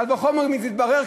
קל וחומר אם יתברר,